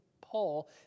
Paul